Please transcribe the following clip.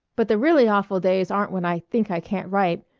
but the really awful days aren't when i think i can't write.